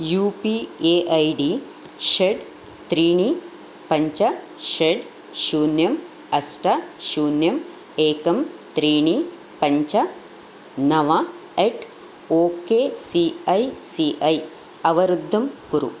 you P A ID षट् त्रीणि पञ्च षट् शून्यं अष्ट शून्यं एकं त्रीणि पञ्च नव अट् okay C I C I अवरुद्धं कुरु